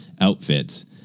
outfits